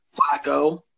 Flacco